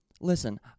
listen